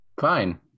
fine